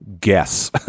guess